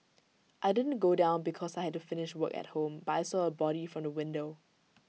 I didn't go down because I had to finish work at home but I saw A body from the window